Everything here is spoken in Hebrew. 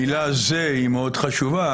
המילה "זה", היא מאוד חשובה.